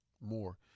more